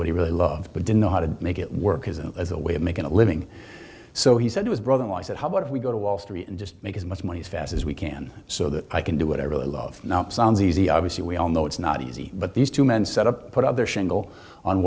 what he really loved but didn't know how to make it work as a way of making a living so he said his brother in law said how about if we go to wall street and just make as much money as fast as we can so that i can do what i really love sounds easy obviously we all know it's not easy but these two men set up put up their shingle on